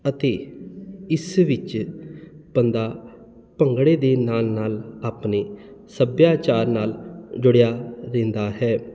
ਅਤੇ ਇਸ ਵਿੱਚ ਬੰਦਾ ਭੰਗੜੇ ਦੇ ਨਾਲ ਨਾਲ ਆਪਣੇ ਸੱਭਿਆਚਾਰ ਨਾਲ ਜੁੜਿਆ ਰਹਿੰਦਾ ਹੈ